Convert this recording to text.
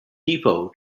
depot